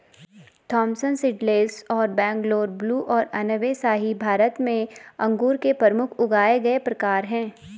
Thompson seedless और Bangalore blue और अनब ए शाही भारत में अंगूर के प्रमुख उगाए गए प्रकार हैं